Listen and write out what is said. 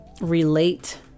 relate